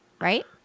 Right